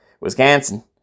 Wisconsin